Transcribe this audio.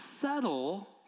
settle